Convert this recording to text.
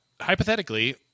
hypothetically